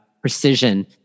precision